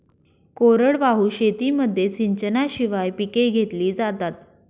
कोरडवाहू शेतीमध्ये सिंचनाशिवाय पिके घेतली जातात